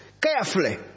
carefully